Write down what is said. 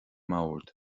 mbord